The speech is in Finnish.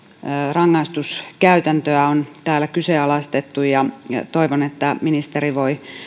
rangaistuskäytäntöä on täällä kyseenalaistettu ja ja toivon että ministeri voi